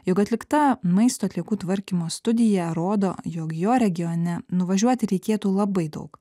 jog atlikta maisto atliekų tvarkymo studija rodo jog jo regione nuvažiuoti reikėtų labai daug